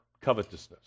covetousness